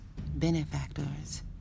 benefactors